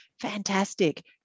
fantastic